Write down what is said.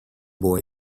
boy